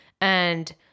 And-